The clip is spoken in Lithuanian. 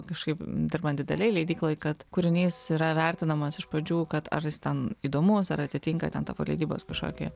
kažkaip dirbant didelėj leidykloj kad kūrinys yra vertinamas iš pradžių kad ar jis ten įdomus ar atitinka ten tavo leidybos kažkokį